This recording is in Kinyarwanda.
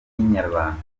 n’inyarwanda